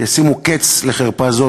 ישימו קץ לחרפה זו.